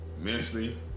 mentally